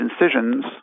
incisions